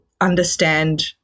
understand